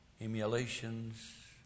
emulations